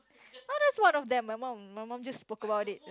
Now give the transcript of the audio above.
not just one of them my mum my mum just spoke about it